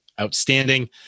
outstanding